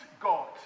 God